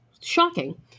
Shocking